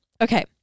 Okay